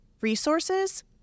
resources